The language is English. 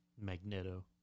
Magneto